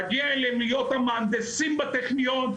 מגיע להם להיות המהנדסים בטכניון.